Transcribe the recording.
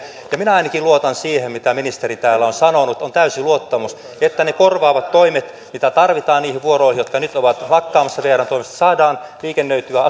ja minä ainakin luotan siihen mitä ministeri täällä on sanonut on täysi luottamus että ne korvaavat toimet mitä tarvitaan niihin vuoroihin jotka nyt ovat lakkaamassa vrn toimesta saadaan liikennöityä